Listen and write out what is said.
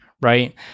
right